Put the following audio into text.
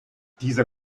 dieser